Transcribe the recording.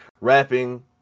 rapping